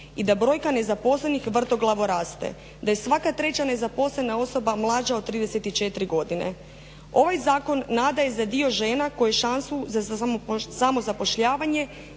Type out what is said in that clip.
i da brojka nezaposlenih vrtoglavo raste, da je svaka treća nezaposlena osoba mlađa od 34 godina. Ovaj zakon nada je za dio žena koji šansu za samozapošljavanje